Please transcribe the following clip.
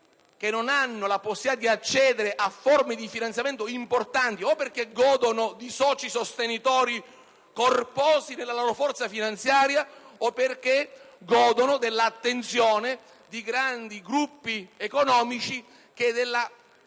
che non hanno la possibilità di accedere a forme di finanziamento importanti o perché non godono di soci sostenitori corposi nella loro forza finanziaria o perché non godono dell'attenzione di grandi gruppi economici che dell'amicizia